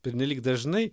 pernelyg dažnai